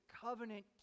covenant